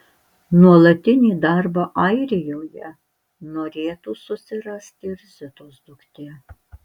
nuolatinį darbą airijoje norėtų susirasti ir zitos duktė